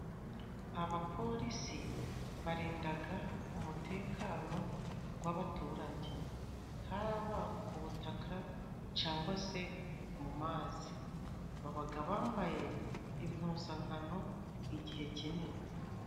Abapolisi barindaga umutekano w'abaturage haba ku butaka cyangwa se mu mazi, babaga bambaye impuzankano igihe kinini.